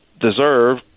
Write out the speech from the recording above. deserve